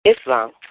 Islam